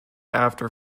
after